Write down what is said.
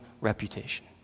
reputation